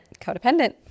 codependent